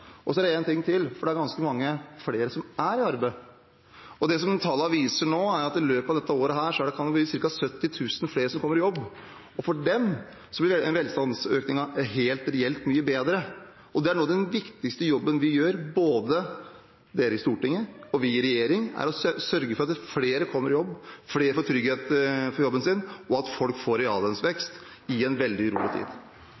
Så er det en ting til, og det er at ganske mange flere er i arbeid. Det som tallene viser nå, er at i løpet av dette året kan det bli ca. 70 000 flere som kommer i jobb. For dem blir velstandsøkningen helt reelt mye bedre. Noe av den viktigste jobben vi gjør – både dere i Stortinget og vi i regjering – er å sørge for at flere kommer i jobb, at flere får trygghet for jobben sin, og at folk får